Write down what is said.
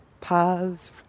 paths